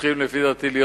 שצריכים להיות מעוניינים